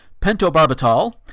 pentobarbital